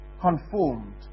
conformed